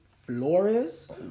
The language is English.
Flores